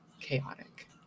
chaotic